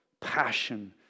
passion